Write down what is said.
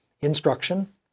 instruction